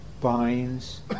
binds